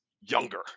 younger